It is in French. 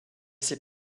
ses